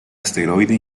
asteroide